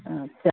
अच्छा